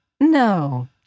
no